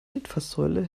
litfaßsäule